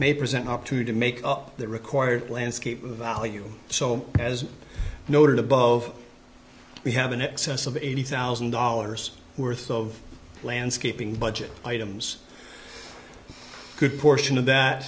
may present an opportunity to make up the required landscape value so as noted above we have an excess of eighty thousand dollars worth of landscaping budget items a good portion of that